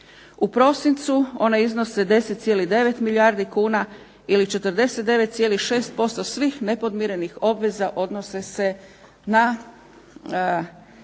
U prosincu one iznose 10.9 milijardi kuna ili 49.6% svih nepodmirenih obveza odnose se na